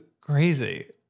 crazy